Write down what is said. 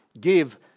give